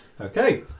Okay